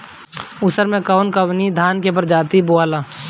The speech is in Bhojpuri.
उसर मै कवन कवनि धान के प्रजाति बोआला?